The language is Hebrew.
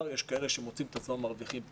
יש כאלה שמוצאים את עצמם מרוויחים פחות.